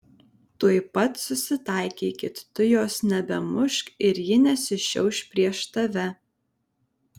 tuoj pat susitaikykit tu jos nebemušk ir ji nesišiauš prieš tave